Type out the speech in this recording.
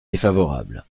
défavorable